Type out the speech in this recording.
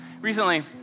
Recently